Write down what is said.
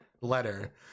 letter